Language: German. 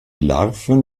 larven